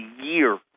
Year